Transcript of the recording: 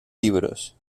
libros